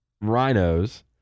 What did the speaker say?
Rhinos